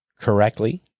correctly